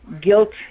guilt